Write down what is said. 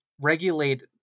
regulate